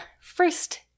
first